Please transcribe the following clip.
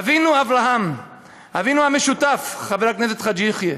אבינו אברהם, אבינו המשותף, חבר הכנסת חאג' יחיא,